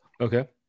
okay